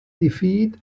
defeat